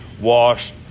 wash